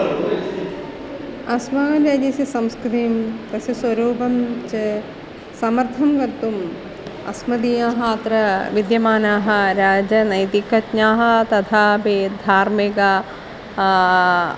अस्मान् राज्यस्य संस्कृतिं तस्य स्वरूपं च समर्थं कर्तुम् अस्मदीयाः अत्र विद्यमानाः राजनैतिकज्ञाः तथापि धार्मिकाः